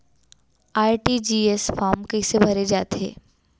RTGS form कइसे भरे जाथे?